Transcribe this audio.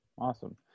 awesome